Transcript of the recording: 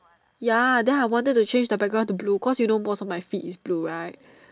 ya then I wanted to change the background to blue cause you know most of my feed is blue right